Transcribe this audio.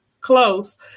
Close